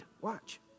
Watch